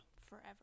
Forever